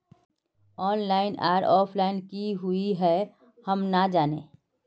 Online आर offline की हुई है हम ना जाने?